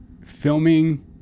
filming